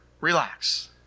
relax